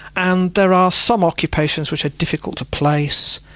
and there are some occupations which are difficult to place.